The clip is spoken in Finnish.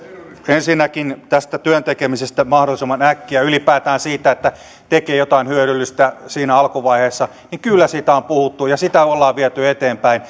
ensinnäkin tästä työn tekemisestä mahdollisimman äkkiä ylipäätään siitä että tekee jotain hyödyllistä siinä alkuvaiheessa kyllä siitä on puhuttu ja sitä ollaan viety eteenpäin